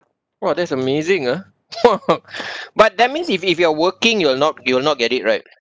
!wah! that's amazing ah !wah! but that means if if you are working you will not you will not get it right